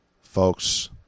Folks